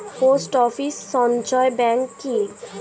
Post office সঞ্চয় bank কি?